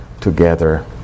together